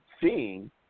seeing